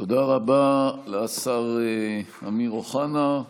תודה רבה לשר אמיר אוחנה.